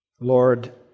Lord